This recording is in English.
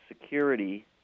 security